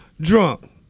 drunk